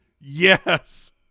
Yes